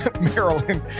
Maryland